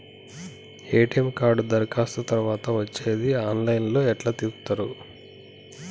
ATM card దరఖాస్తు తరువాత వచ్చేది ఆన్ లైన్ లో ఎట్ల చూత్తరు?